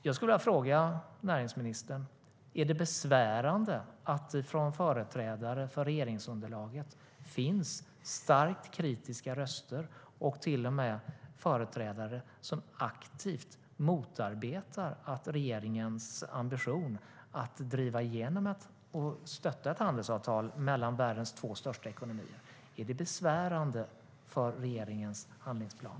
Jag skulle vilja fråga näringsministern: Är det besvärande att det bland företrädare för regeringsunderlaget finns starkt kritiska röster och att det till och med finns företrädare som aktivt motarbetar regeringens ambition att driva igenom och stötta ett handelsavtal mellan världens två största ekonomier? Är det besvärande för regeringens handlingsplan?